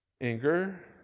Anger